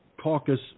caucus